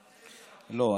לא,